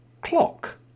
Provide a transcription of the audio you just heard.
Clock